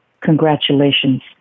congratulations